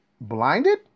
blinded